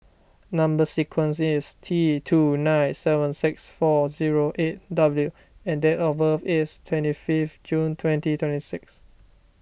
Number Sequence is T two nine seven six four zero eight W and date of birth is twenty fifth June twenty twenty six